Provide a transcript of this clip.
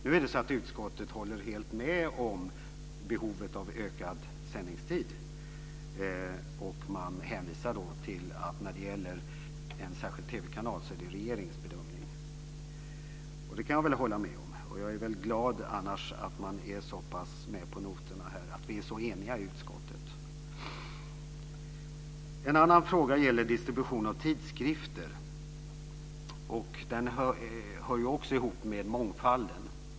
Nu är det så att utskottet helt håller med om behovet av ökad sändningstid. Man hänvisar till att detta med en särskild TV-kanal är regeringens bedömning. Det kan jag väl hålla med om. Jag är annars glad för att man är med på noterna så pass mycket, alltså att vi är så eniga i utskottet. En annan fråga gäller distribution av tidskrifter. Den hör också ihop med mångfalden.